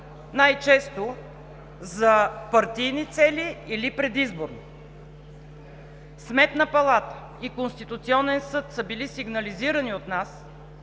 най-често за партийни цели или предизборно. Сметната палата и Конституционният съд са били сигнализирани от нас